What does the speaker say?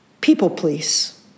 people-please